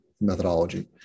methodology